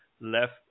left